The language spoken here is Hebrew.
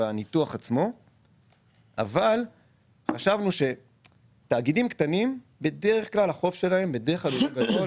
החוב של תאגידים קטנים בדרך כלל משתחרר.